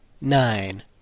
Nine